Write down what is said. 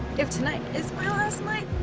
if tonight is my last night,